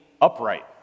upright